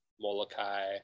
Molokai